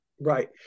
Right